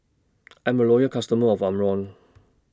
I'm A Loyal customer of Omron